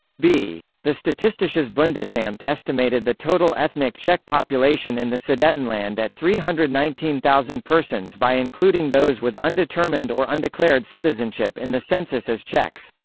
b. the statistisches bundesamt estimated the total ethnic czech population in the sudetenland at three hundred and nineteen thousand persons by including those with undetermined or undeclared citizenship in the census as czechs.